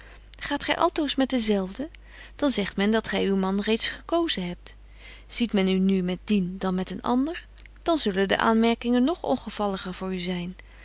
gaat gy altoos met den zelfden dan zegt men dat gy uw man reeds gekozen hebt ziet men u nu met dien dan met een ander dan zullen betje wolff en aagje deken historie van mejuffrouw sara burgerhart de aanmerkingen nog ongevalliger voor u zyn